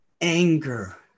anger